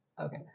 Okay